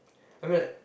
I mean like